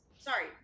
Sorry